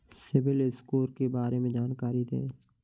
CIBIL score के बारे में जानकारी दें?